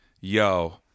Yo